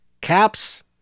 caps